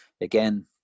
again